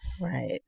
Right